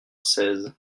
seize